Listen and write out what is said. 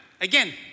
Again